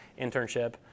internship